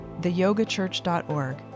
theyogachurch.org